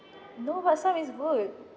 no but some is good